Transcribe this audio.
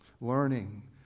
Learning